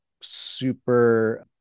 super